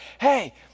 hey